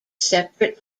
separate